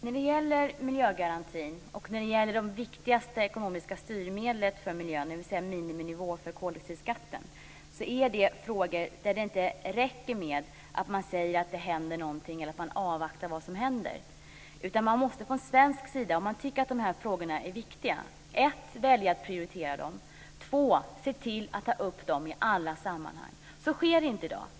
Fru talman! När det gäller miljögarantin och det viktigaste ekonomiska styrmedlet för miljön, dvs. miniminivån för koldioxidskatten, räcker det inte med att säga att något händer eller att man avvaktar vad som händer. Om man från svensk sida tycker att de här frågorna är viktiga måste man för det första välja att prioritera dem och för det andra se till att de tas upp i alla sammanhang. Så sker inte i dag.